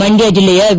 ಮಂಡ್ಯ ಜಿಲ್ಲೆಯ ವಿ